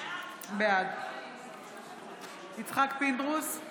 בעד יצחק פינדרוס,